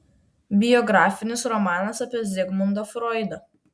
biografinis romanas apie zigmundą froidą